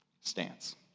stance